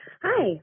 hi